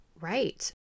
Right